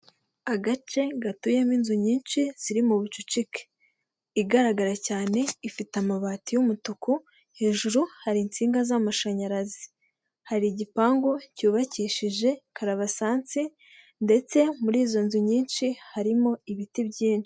Agace gatuyemo inzu nyinshi ziri mu bucucike, igaragara cyane ifite amabati y'umutuku, hejuru hari insinga z'amashanyarazi, hari igipangu cyubakishije karabasansi ndetse muri izo nzu nyinshi harimo ibiti byinshi.